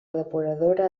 depuradora